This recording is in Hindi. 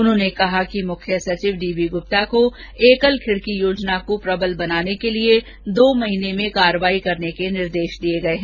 उन्होंने कहा कि मुख्य सचिव डी बी गुप्ता को एकल खिड़की योजना को प्रबल बनाने के लिये दो महीने में कार्रवाई के निर्देश दिये गये हैं